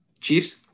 Chiefs